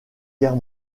guerre